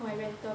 my rental